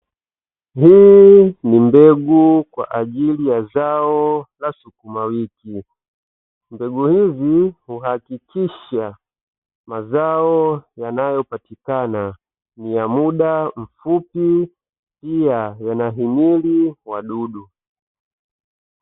Hii ni mbegu kwa ajili ya zao la sukuma wiki, mbegu hizi huhakikisha mazao yanayopatikana ni ya muda mfupi na pia yanahimili wadudu.